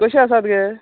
कशी आसा गे